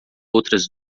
outras